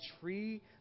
tree